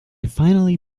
finally